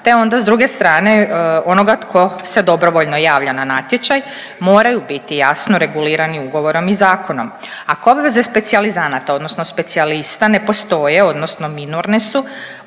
te onda s druge strane onoga tko se dobrovoljno javlja na natječaj, moraju biti jasno regulirani ugovorom i zakonom. Ako obveze specijalizanata odnosno specijalista ne postoje odnosno minorne su